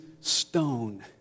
stone